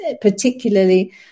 particularly